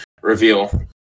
reveal